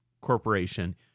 corporation